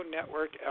Network